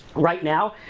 right now,